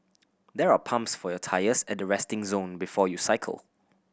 there are pumps for your tyres at the resting zone before you cycle